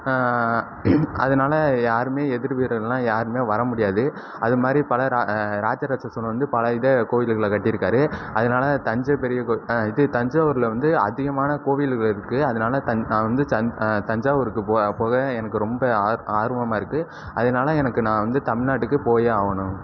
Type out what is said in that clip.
அதனால யாரும் எதிரி வீரர்கள்லாம் யாரும் வர முடியாது அதுமாதிரி பல ராஜராஜ சோழன் வந்து பல இதை கோவில்கள்ல கட்டியிருக்காரு அதனால தஞ்சை பெரிய இது தஞ்சாவூரில் வந்து அதிகமான கோவிலுங்க இருக்கு அதனால நான் வந்து தஞ்சாவூருக்கு போக போக எனக்கு ரொம்ப ஆர்வமாக இருக்கு அதனால எனக்கு நான் வந்து தமிழ்நாட்டுக்கு போயே ஆகணும்